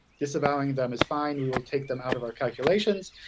disavowing them is fine. we will take them out of our calculations.